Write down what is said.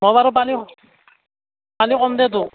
যোৱাবাৰো পানী পালি কমদে তোক